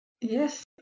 Yes